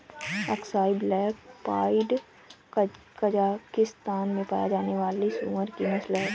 Aksai black pied Kazakhstan में पाया जाने वाली सूअर की नस्ल है